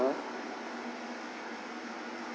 ~er